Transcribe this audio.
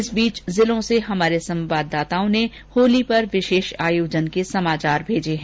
इस बीच जिलों से हमारे संवाददाताओं ने होली पर विर्शेष आयोजन के समाचार भेजे हैं